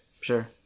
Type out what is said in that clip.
sure